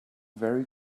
very